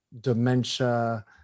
dementia